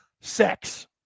Sex